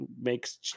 makes